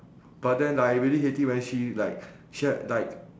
but then like I really hate it when she like she add like